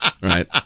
right